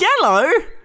yellow